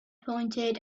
pointed